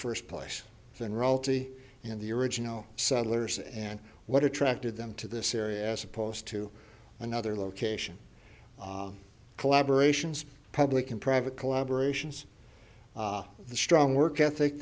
first place then role in the original settlers and what attracted them to this area as opposed to another location collaboration's public and private collaboration's the strong work ethic